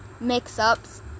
mix-ups